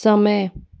समय